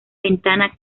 ventana